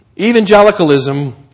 Evangelicalism